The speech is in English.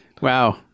Wow